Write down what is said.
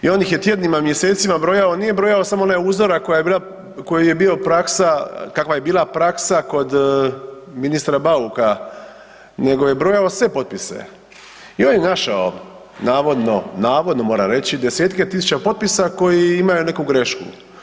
I on ih je tjednima, mjesecima brojao, nije brojao samo onaj uzorak koji je bio praksa, kakva je bila praksa kod ministra Bauka nego je brojao sve potpise i on je našao navodno, na vodno moram reći, desetke tisuća potpisa koji imaju neku grešku.